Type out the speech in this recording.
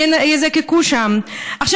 עכשיו,